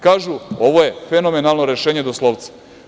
Kažu, ovo je fenomenalno rešenje doslovce.